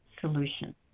solution